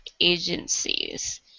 agencies